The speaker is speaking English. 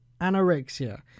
anorexia